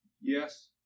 Yes